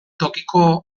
tokiko